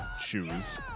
shoes